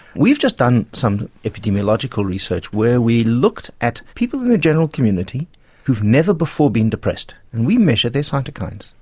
we've just done some epidemiological research where we looked at people in the general community who've never before been depressed, and we measured their cytokines.